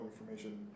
information